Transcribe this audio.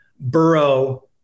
Burrow